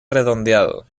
redondeado